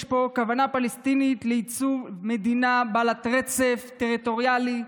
יש פה כוונה פלסטינית ליצור מדינה בעלת רצף טריטוריאלי,